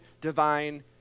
divine